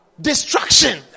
destruction